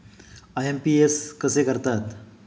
IMPS कसे करतात?